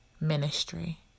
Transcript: ministry